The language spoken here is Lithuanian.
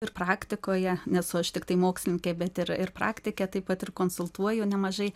ir praktikoje nesu aš tiktai mokslininkė bet ir ir praktikė taip pat ir konsultuoju nemažai